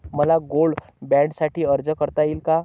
मला गोल्ड बाँडसाठी अर्ज करता येईल का?